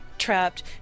Trapped